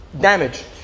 Damage